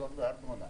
פטור מארנונה.